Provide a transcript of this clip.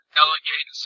delegate